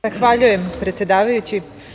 Zahvaljujem, predsedavajući.